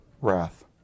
wrath